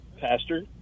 Pastor